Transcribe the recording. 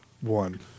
one